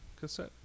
cassette